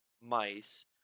mice